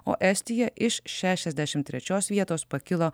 o estija iš šešiasdešimt trečios vietos pakilo